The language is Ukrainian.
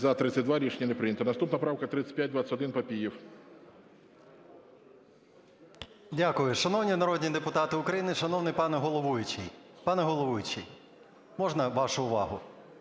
За-32 Рішення не прийнято. Наступна правка 3521, Папієв. 20:42:30 ПАПІЄВ М.М. Дякую. Шановні народні депутати України, шановний пане головуючий! Пане головуючий, можна вашу увагу?